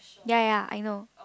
ya ya I know